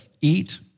eat